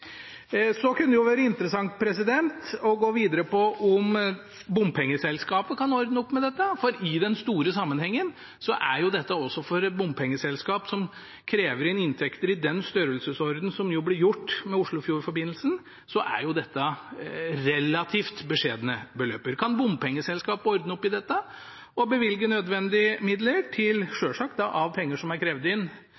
Det kunne vært interessant å gå videre med om bompengeselskapet kan ordne opp med dette, for i den store sammenhengen er det – for et bompengeselskap som krever inn inntekter i den størrelsesordenen som det blir gjort med Oslofjordforbindelsen – relativt beskjedne beløp. Kan bompengeselskapet ordne opp i dette, bevilge nødvendige midler